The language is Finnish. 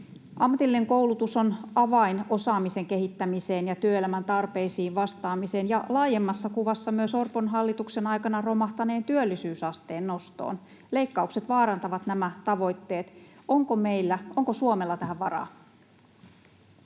Ammatillinen koulutus on avain osaamisen kehittämiseen ja työelämän tarpeisiin vastaamiseen ja laajemmassa kuvassa myös Orpon hallituksen aikana romahtaneen työllisyysasteen nostoon. Leikkaukset vaarantavat nämä tavoitteet. Onko meillä, onko Suomella, tähän varaa?